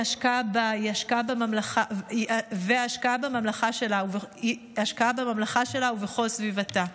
ההשקעה בה היא השקעה בממלכה שלה ובכל סביבתה.